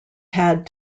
had